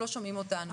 לא שומעים אותנו.